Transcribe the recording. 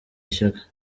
ishyaka